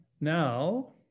now